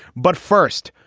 but first,